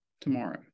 tomorrow